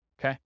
Okay